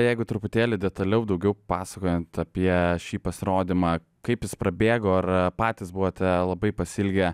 jeigu truputėlį detaliau daugiau pasakojant apie šį pasirodymą kaip jis prabėgo ar patys buvote labai pasiilgę